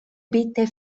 bitte